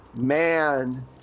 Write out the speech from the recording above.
man